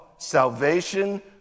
Salvation